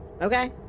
Okay